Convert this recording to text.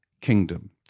Kingdom